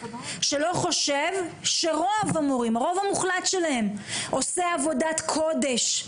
שלא חושב שהרוב המוחלט של המורים עושה עבודת קודש.